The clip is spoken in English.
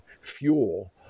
fuel